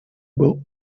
был